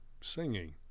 singing